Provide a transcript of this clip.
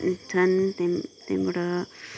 छन् त्यहाँबाट